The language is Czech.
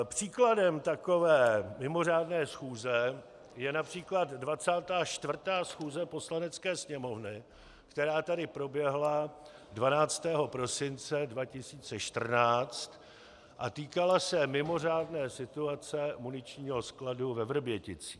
Příkladem takové mimořádné schůze je například 24. schůze Poslanecké sněmovny, která tady proběhla 12. prosince 2014 a týkala se mimořádné situace muničního skladu ve Vrběticích.